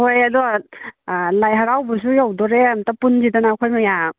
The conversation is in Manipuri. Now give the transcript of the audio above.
ꯍꯣꯏ ꯑꯗꯣ ꯂꯥꯏ ꯍꯔꯥꯎꯕꯁꯨ ꯌꯧꯗꯣꯔꯦ ꯑꯝꯇ ꯄꯨꯟꯁꯤꯗꯅ ꯑꯩꯈꯣꯏ ꯃꯌꯥꯝ